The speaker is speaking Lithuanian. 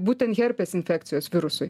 būtent herpes infekcijos virusui